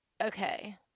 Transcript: Okay